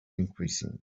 increasing